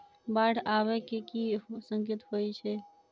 बाढ़ आबै केँ की संकेत होइ छै?